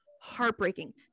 heartbreaking